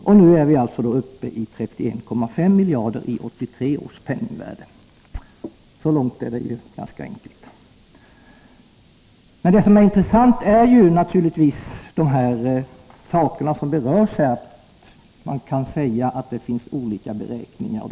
Och nu är vi alltså uppe i 31,5 miljarder i 1983 års penningvärde. Så långt är det ganska enkelt. Det som är intressant är naturligtvis vad som berörs i detta svar, nämligen att man kan säga att det finns olika beräkningsmetoder.